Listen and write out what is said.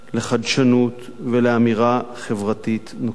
לחדשנות ולאמירה חברתית נוקבת.